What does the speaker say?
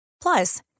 Plus